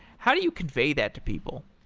how do you convey that to people?